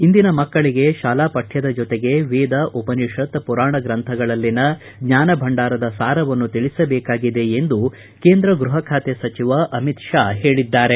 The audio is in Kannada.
ಇಂದಿನ ಮಕ್ಕಳಿಗೆ ಶಾಲಾ ಪಠ್ಯದ ಜೊತೆಗೆ ವೇದ ಉಪನಿಷತ್ ಪುರಾಣ ಗ್ರಂಥಗಳಲ್ಲಿನ ಜ್ಞಾನ ಭಂಡಾರದ ಸಾರವನ್ನು ತಿಳಿಸಬೇಕಾಗಿದೆ ಎಂದು ಕೇಂದ್ರ ಗೃಹ ಖಾತೆ ಸಚಿವ ಅಮಿತ್ ಶಾ ಹೇಳಿದ್ದಾರೆ